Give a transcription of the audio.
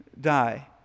die